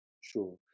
Sure